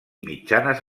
mitjanes